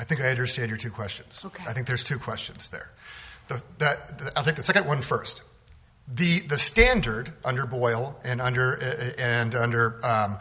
i think i understand your two questions ok i think there's two questions there that i think the second one first the the standard under boil and under and under